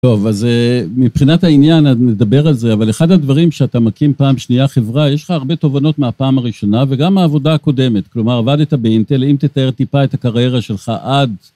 טוב, אז מבחינת העניין, נדבר על זה, אבל אחד הדברים שאתה מקים פעם שנייה חברה, יש לך הרבה תובנות מהפעם הראשונה, וגם מהעבודה הקודמת. כלומר, עבדת באינטל, אם תתאר טיפה את הקריירה שלך עד...